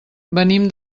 venim